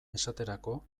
esaterako